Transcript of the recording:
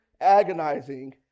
agonizing